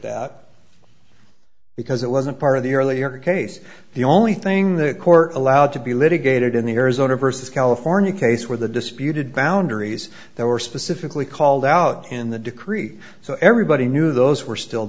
that because it wasn't part of the earlier case the only thing the court allowed to be litigated in the arizona versus california case where the disputed boundaries they were specifically called out in the decree so everybody knew those were still